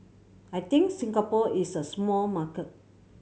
I think Singapore is a small market